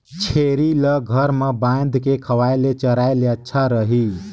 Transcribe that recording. छेरी ल घर म बांध के खवाय ले चराय ले अच्छा रही?